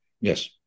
Yes